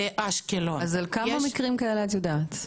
באשקלון --- על כמה מקרים כאלה את יודעת?